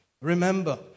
remember